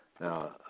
Now